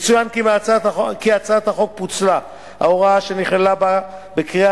יצוין כי מהצעת החוק פוצלה ההוראה שנכללה בה בקריאה